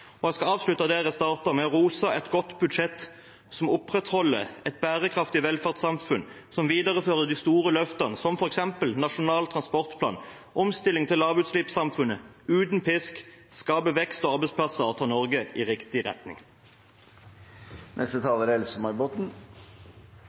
klimaet. Jeg skal avslutte der jeg startet, med å rose et godt budsjett som opprettholder et bærekraftig velferdssamfunn, som viderefører de store løftene, som f.eks. Nasjonal transportplan, som omstiller til lavutslippssamfunnet uten pisk, som skaper vekst og arbeidsplasser og tar Norge i riktig retning.